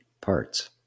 parts